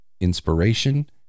inspiration